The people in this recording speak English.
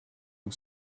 had